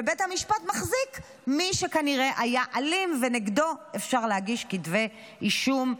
ובית המשפט מחזיק מי שכנראה היה אלים ונגדו אפשר להגיש כתבי אישום.